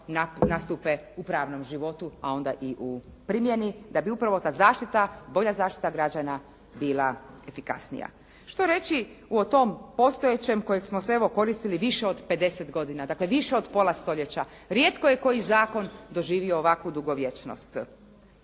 nastupe u pravnom životu a onda i u primjeni, da bi upravo ta zaštita, bolja zaštita građana bila efikasnija. Što reći o tom postojećem kojeg smo se evo koristili više od 50 godina, dakle više od pola stoljeća? Rijetko je koji zakon doživio ovakvu dugovječnost,